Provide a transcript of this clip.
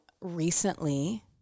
recently